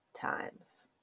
times